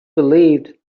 believed